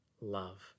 love